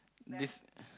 this